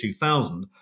2000